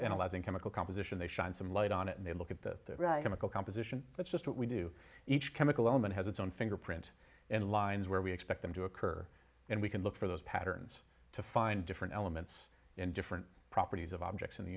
analyzing chemical composition they shine some light on it and they look at the chemical composition that's just what we do each chemical element has its own fingerprint and lines where we expect them to occur and we can look for those patterns to find different elements in different properties of objects in the